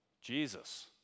Jesus